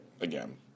again